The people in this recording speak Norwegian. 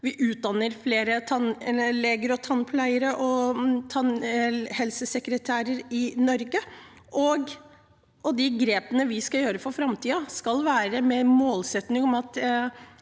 å utdanne flere tannleger, tannpleiere og tannhelsesekretærer i Norge. De grepene vi gjør for framtiden, skal være med målsetting om at